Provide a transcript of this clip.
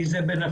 כי זה בנפשנו,